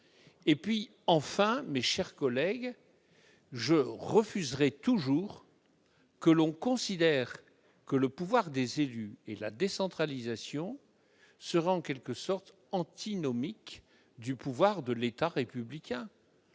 Enfin, mes chers collègues, je refuserai toujours de considérer que le pouvoir des élus et la décentralisation seraient en quelque sorte antinomiques du pouvoir de l'État républicain.